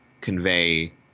convey